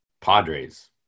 Padres